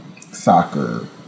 soccer